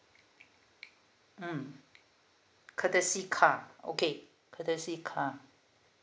mm courtesy car okay courtesy car